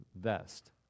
vest